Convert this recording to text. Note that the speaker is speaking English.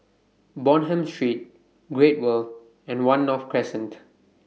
Bonham Street Great World and one North Crescent